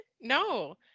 no